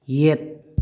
ꯌꯦꯠ